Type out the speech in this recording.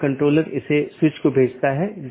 दूसरा BGP connection बनाए रख रहा है